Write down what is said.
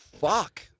Fuck